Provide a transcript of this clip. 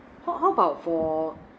how how about for